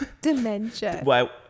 Dementia